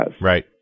Right